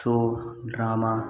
show drama